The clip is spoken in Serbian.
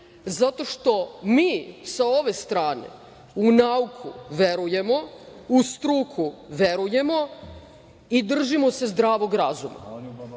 zato što mi sa ove strane u nauku verujemo, u struku verujemo, i držimo se zdravog razuma.